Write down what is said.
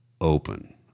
open